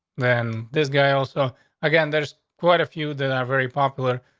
then this guy also again, there's quite a few that are very popular,